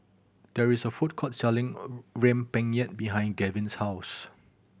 there is a food court selling rempeyek behind Gavyn's house